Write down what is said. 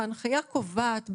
אבל ההנחיה קובעת,